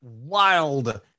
wild